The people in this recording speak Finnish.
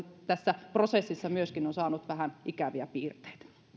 tässä prosessissa myöskin on saanut vähän ikäviä piirteitä